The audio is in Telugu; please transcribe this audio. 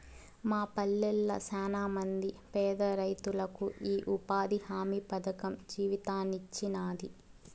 మా పల్లెళ్ళ శానమంది పేదరైతులకు ఈ ఉపాధి హామీ పథకం జీవితాన్నిచ్చినాది